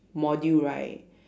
module right